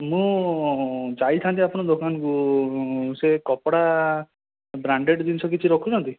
ମୁଁ ଯାଇଥାନ୍ତି ଆପଣଙ୍କ ଦୋକାନକୁ ସେ କପଡ଼ା ବ୍ରାଣ୍ଡେଡ଼୍ ଜିନିଷ କିଛି ରଖୁଛନ୍ତି